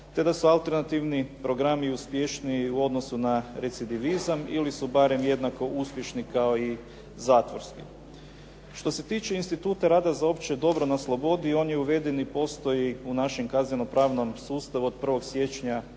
te da su alternativni programi uspješniji u odnosu na recidivizam ili su barem jednako uspješni kao i zatvorski. Što se tiče instituta rada za opće dobro na slobodi, on je uveden i postoji u našem kazneno-pravnom sustavu od 1. siječnja